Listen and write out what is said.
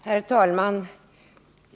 Herr talman!